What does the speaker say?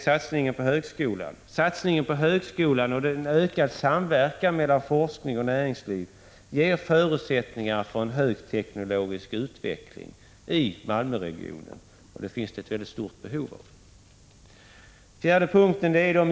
Satsningen på högskolan och en ökad samverkan mellan forskningen och näringslivet ger förutsättningar för en högteknologisk utveckling i Malmöregionen, vilket det finns ett stort behov av. 4.